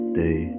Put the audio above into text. day